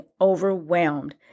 overwhelmed